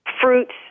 fruits